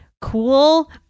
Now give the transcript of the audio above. cool